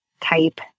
type